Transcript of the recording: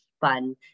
fun